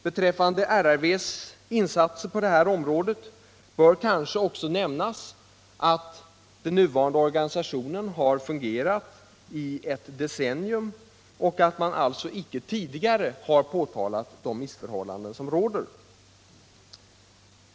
Beträffande RRV:s insatser på detta område bör kanske också nämnas att den nuvarande organisationen har fungerat i ett decennium och att man inte tidigare har påtalat de missförhållanden som råder.